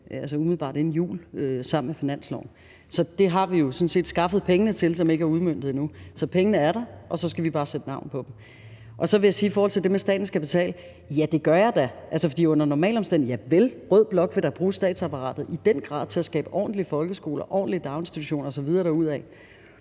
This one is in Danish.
umiddelbart inden jul sammen med finansloven. Så det har vi jo sådan set skaffet pengene til – som ikke er udmøntet endnu – så pengene er der, og så skal vi bare sætte navn på dem. Og så vil jeg sige i forhold til det med, at staten skal betale: Ja, det mener jeg da. For ja, under normale omstændigheder vil rød blok da i den grad bruge statsapparatet til at skabe ordentlige folkeskoler, ordentlige daginstitutioner osv. derudad.